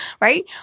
right